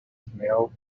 smell